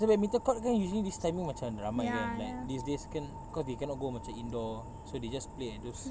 so badminton court kan usually this timing macam ramai kan like these days kan cause they cannot go macam indoor so they just play at those